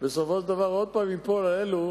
בסופו של דבר זה עוד פעם ייפול על אלו